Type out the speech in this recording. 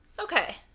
Okay